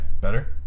Better